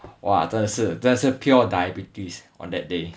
!wah! 真的是真的是 pure diabetes on that day